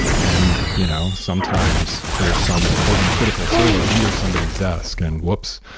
and you know sometimes there's some important critical server under somebody's desk and whoops.